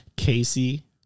Casey